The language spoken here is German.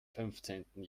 fünfzehnten